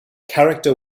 character